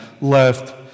left